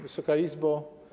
Wysoka Izbo!